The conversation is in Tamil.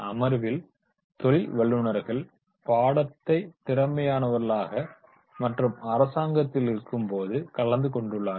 அமர்வில் தொழில் வல்லுனர்கள் பாடத் திறமையானவர்கள் மற்றும் அரசாங்கத்திலிருப்போரும் கலந்து கொண்டுள்ளார்கள்